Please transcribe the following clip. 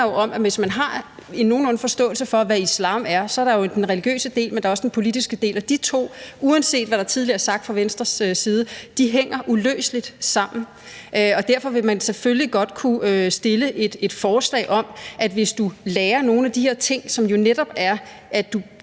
hvis man har en nogenlunde forståelse for, hvad islam er, så ved man, at der er den religiøse del, men der er også den politiske del, og uanset hvad der tidligere er sagt fra Venstres side, hænger de to dele uløseligt sammen. Derfor vil man selvfølgelig godt kunne stille et forslag, i forhold til hvis du lærer nogle af de her ting, for det strider